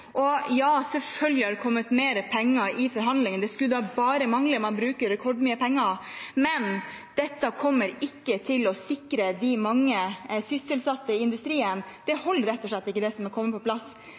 Selvfølgelig har det kommet mer penger i forhandlingene – det skulle bare mangle, man bruker rekordmye penger – men dette kommer ikke til å sikre de mange sysselsatte i industrien. Det